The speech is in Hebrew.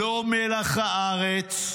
לא מלח הארץ,